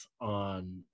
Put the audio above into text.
on